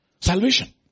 Salvation